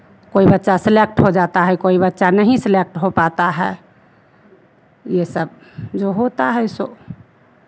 कोई बच्चा सेलेक्ट हो जाता है कोई बच्चा नहीं सेलेक्ट हो पाता है ये सब जो होता है सो